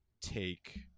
take